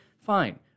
fine